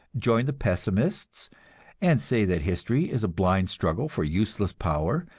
join the pessimists and say that history is a blind struggle for useless power,